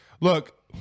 Look